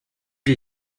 les